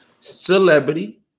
celebrity